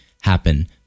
happen